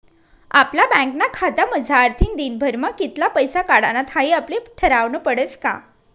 आपला बँकना खातामझारतीन दिनभरमा कित्ला पैसा काढानात हाई आपले ठरावनं पडस का